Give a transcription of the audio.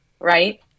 right